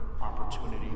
opportunity